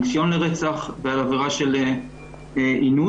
ניסיון לרצח ועבירה של אינוס.